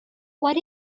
what